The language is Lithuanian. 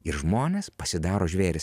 ir žmonės pasidaro žvėrys